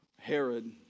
Herod